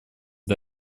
для